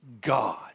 God